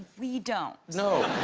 we don't know